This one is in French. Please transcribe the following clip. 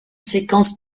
séquences